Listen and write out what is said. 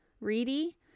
Reedy